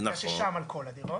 ששם על כל הדירות.